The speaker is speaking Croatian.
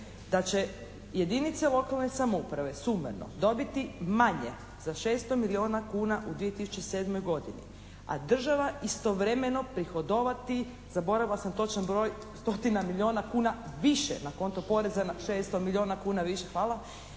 da će jedinice lokalne samouprave sumarno dobiti manje za 600 milijuna kuna u 2007. godini a država istovremeno prihodovati zaboravila sam točan broj stotina milijuna kuna više na konto poreza na 600 milijuna kuna više hvala,